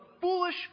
foolish